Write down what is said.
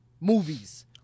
movies